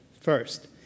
first